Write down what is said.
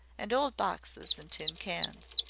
and old boxes and tin cans.